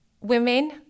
women